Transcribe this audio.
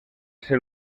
ser